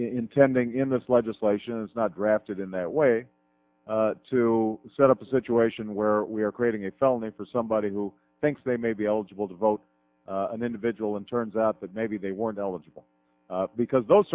intending in this legislation it's not drafted in that way to set up a situation where we are creating a felony for somebody who thinks they may be eligible to vote an individual and turns out that maybe they weren't eligible because those